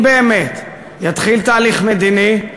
אם באמת יתחיל תהליך מדיני,